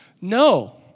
No